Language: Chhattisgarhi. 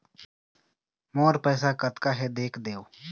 मोर पैसा कतका हे देख देव?